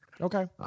Okay